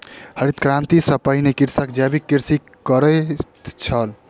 हरित क्रांति सॅ पहिने कृषक जैविक कृषि करैत छल